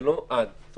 יש